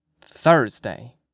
Thursday